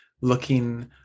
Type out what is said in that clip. looking